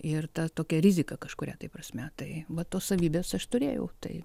ir ta tokia rizika kažkuria tai prasme tai vat tos savybės aš turėjau tai